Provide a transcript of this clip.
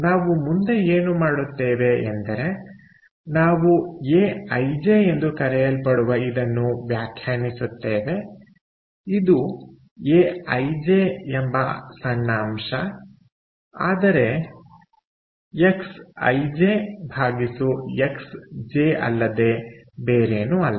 ನಾವು ಮುಂದೆ ಏನು ಮಾಡುತ್ತೇವೆ ಎಂದರೆ ನಾವು ಎಐಜೆ ಎಂದು ಕರೆಯಲ್ಪಡುವ ಇದನ್ನು ವ್ಯಾಖ್ಯಾನಿಸುತ್ತೇವೆ ಇದು ಎಐಜೆ ಎಂಬ ಸಣ್ಣ ಅಂಶ ಆದರೆ Xij Xj ಅಲ್ಲದೆ ಬೇರೇನೂ ಅಲ್ಲ